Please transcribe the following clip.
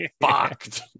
Fucked